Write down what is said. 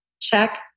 Check